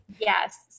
Yes